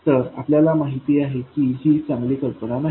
तर आपल्याला माहित आहे की ही चांगली कल्पना नाही